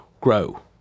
grow